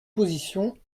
positions